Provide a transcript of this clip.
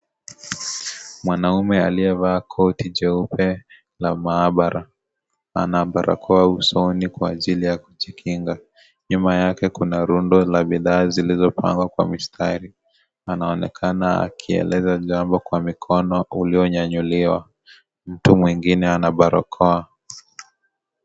Mwanaume aliyevaa koti jeupe la maabara, ana barakoa usoni kwa ajili ya kujikinga. Nyuma yake kuna rundo la bidhaa zilizopangwa kwa mistari, anaonekana akieleza jambo kwa mkono ulionyanyuliwa. Mtu mwingine ana barakoa.